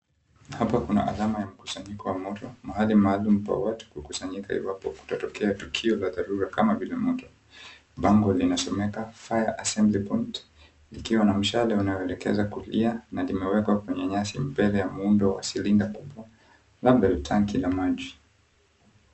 Hapa kuna alama ya mkusanyiko wa moto, mahali maalum pa watu kukusanyika iwapo kutatokea tukio la dharura kama vile moto. Bango linasomeka fire assembly point likiwa na mshale unaoelekeza kulia, na limewekwa kwenye nyasi mbele ya muundo wa silinda kubwa, labda ni tanki la maji.